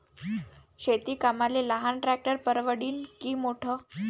शेती कामाले लहान ट्रॅक्टर परवडीनं की मोठं?